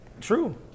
true